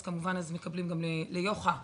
אז כמובן מקבלים את התוספת.